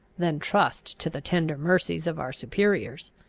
than trust to the tender mercies of our superiors!